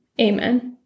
amen